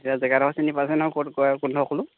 এতিয়া জেগাডোখৰ চিনি পাইছে ন ক'ত কয় কোনডোখৰ ক'লোঁ